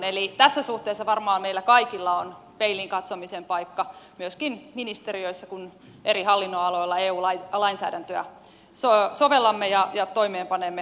eli tässä suhteessa varmaan meillä kaikilla on peiliin katsomisen paikka myöskin ministeriöissä kun eri hallinnonaloilla eu lainsäädäntöä sovellamme ja toimeenpanemme myöskin kansallisesti